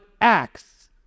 acts